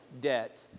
debt